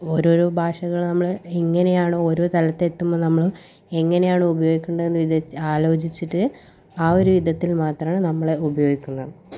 ഓരോരോ ഭാഷകൾ നമ്മൾ എങ്ങനെയാണോ ഓരോ സ്ഥലത്തെത്തുമ്പോൾ നമ്മൾ എങ്ങനെയാണോ ഉപയോഗിക്കേണ്ടത് ആലോചിച്ചിട്ട് ആ ഒരു വിധത്തിൽ മാത്രമേ നമ്മൾ ഉപയോഗിക്കുന്നത്